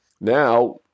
Now